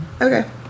Okay